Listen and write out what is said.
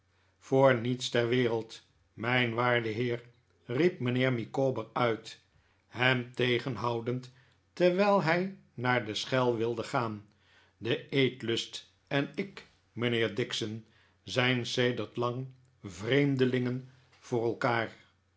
voor niets ter wereld mijn waarde heer riep mijnheer micawber uit hem tegenhoudend terwijl hij naar de schel wilde gaan de eetlust en ik mijnheer dixon zijn sedert lang vreemdelingen voor elkaar